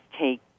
take